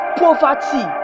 poverty